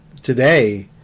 today